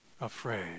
afraid